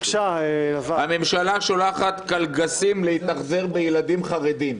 "הממשלה שולחת קלגסים להתאכזר בילדים חרדיים",